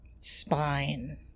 spine